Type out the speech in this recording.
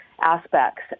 aspects